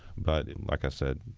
but like i said,